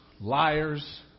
liars